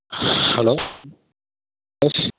hello